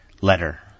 Letter